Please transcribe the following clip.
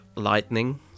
lightning